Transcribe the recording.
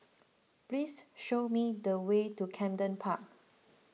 please show me the way to Camden Park